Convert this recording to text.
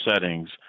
settings